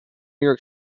york